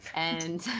and